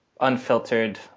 unfiltered